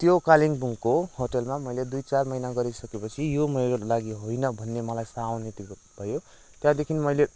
त्यो कालिम्पोङ्गको होटेलमा मैले दुई चार महिना गरि सकेपछि यो मेरो लागि होइन भन्ने मलाई सहानुभूति भयो त्यहाँदेखि मैले